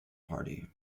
party